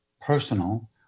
personal